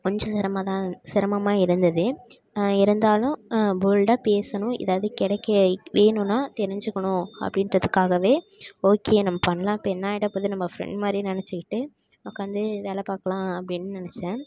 கொஞ்சம் சிரமதா சிரமமாக இருந்தது இருந்தாலும் போல்டாக பேசணும் எதாவது கிடைக்க வேணுன்னால் தெரிஞ்சிக்கணும் அப்படின்றதுக்காகவே ஓகே நம்ம பண்ணலாம் இப்போ என்ன ஆகிட போது நம்ம ஃப்ரெண்ட் மாதிரி நினச்சிகிட்டு உட்காந்து வேலை பார்க்கலாம் அப்படின்னு நினச்சேன்